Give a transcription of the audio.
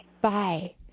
Bye